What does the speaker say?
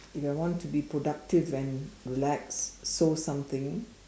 if I want to be productive and relax sew something